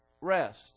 rest